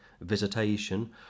visitation